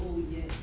oh yes